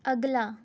ਅਗਲਾ